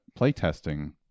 playtesting